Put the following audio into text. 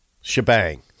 Shebang